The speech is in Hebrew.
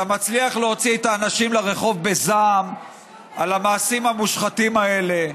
אתה מצליח להוציא את האנשים לרחוב בזעם על המעשים המושחתים האלה,